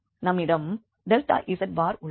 நம்மிடம் z உள்ளது